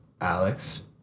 Alex